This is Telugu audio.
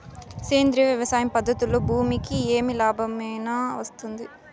సేంద్రియ వ్యవసాయం పద్ధతులలో భూమికి ఏమి లాభమేనా వస్తుంది?